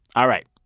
all right.